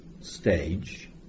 stage